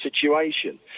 situation